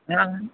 हा